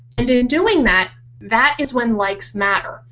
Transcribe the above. and in doing that that is when likes matter.